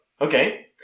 Okay